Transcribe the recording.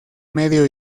medio